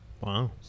Wow